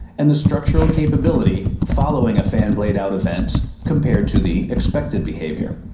and the structural capability following a fan blade out event compared to the expected behavior.